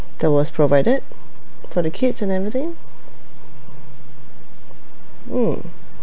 that was provided for the kids and everything mm